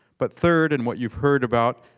but third and what you've heard about,